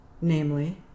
Namely